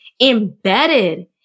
embedded